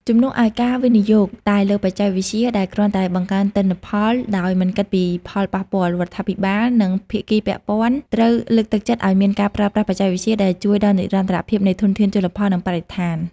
ជំនួសឲ្យការវិនិយោគតែលើបច្ចេកវិទ្យាដែលគ្រាន់តែបង្កើនទិន្នផលដោយមិនគិតពីផលប៉ះពាល់ រដ្ឋាភិបាល និងភាគីពាក់ព័ន្ធត្រូវលើកទឹកចិត្តឲ្យមានការប្រើប្រាស់បច្ចេកវិទ្យាដែលជួយដល់និរន្តរភាពនៃធនធានជលផល និងបរិស្ថាន។